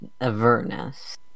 Avernus